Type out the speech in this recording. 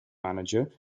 manager